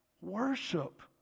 worship